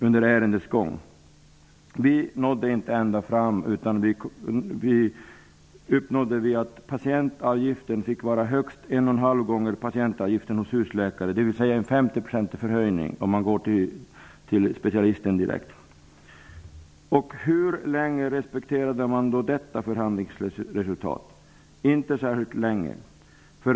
Vi nådde inte ända fram, utan vi uppnådde att patientavgiften fick vara högst 1,5 procentig höjning om man går till specialisten direkt. Hur länge respekterades då detta förhandlingsresultat? Inte särskilt länge.